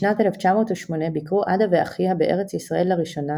בשנת 1908 ביקרו עדה ואחיה בארץ ישראל לראשונה,